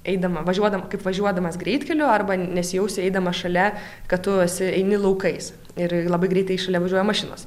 eidama važiuodam kaip važiuodamas greitkeliu arba nesijausi eidamas šalia kad tu esi eini laukais ir labai greitai šalia važiuoja mašinos